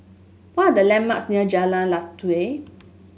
what are the landmarks near Jalan Lateh